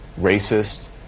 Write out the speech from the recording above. racist